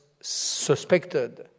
suspected